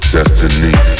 Destiny